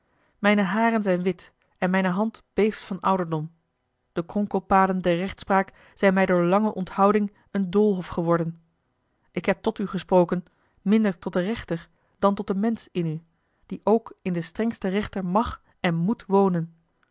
mijne haren zijn wit en mijne hand beeft van ouderdom de kronkelpaden der rechtspraak zijn mij door lange onthouding een doolhof geworden ik heb tot u gesproken minder tot den rechter dan tot den mensch in u die ook in den strengsten rechter mag en moet wonen